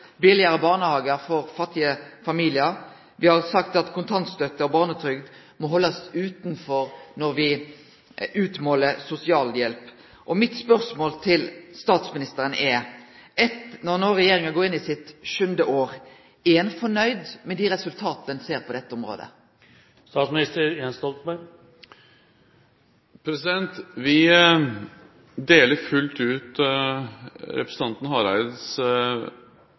billegare barnehagar for fattige familiar. Me har sagt at kontantstøtte og barnetrygd må haldast utanfor når me utmåler sosialhjelp. Mitt spørsmål til statsministeren er: Når no regjeringa går inn i sitt sjuande år, er han fornøgd med dei resultata ein ser på dette området?